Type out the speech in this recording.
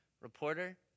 reporter